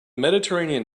mediterranean